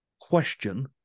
question